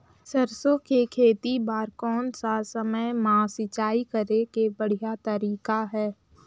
सरसो के खेती बार कोन सा समय मां सिंचाई करे के बढ़िया तारीक हे?